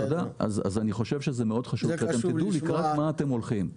אז אני חושב שזה מאוד חשוב שאתם תדעו לקראת מה אתם הולכים.